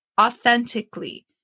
authentically